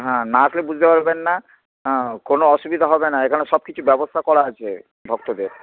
হ্যাঁ না আসলে বুঝতে পারবেন না কোনো অসুবিধা হবে না এখানে সব কিছু ব্যবস্থা করা আছে ভক্তদের